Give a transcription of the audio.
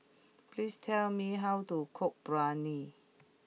please tell me how to cook Biryani